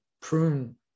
prune